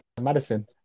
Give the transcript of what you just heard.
Madison